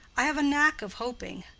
i have a knack of hoping,